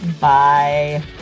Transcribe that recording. Bye